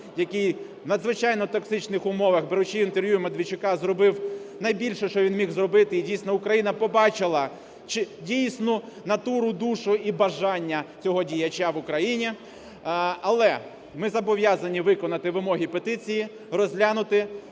який в надзвичайно токсичних умовах, беручи інтерв'ю у Медведчука, зробив найбільше, що він міг зробити, і дійсно Україна побачила дійсну натуру, душу і бажання цього діяча в Україні. Але ми зобов'язані виконати вимоги петиції, розглянути,